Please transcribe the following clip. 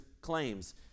claims